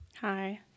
Hi